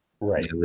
Right